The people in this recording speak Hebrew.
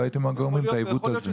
לא הייתם גורמים לעיוות הזה.